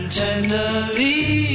tenderly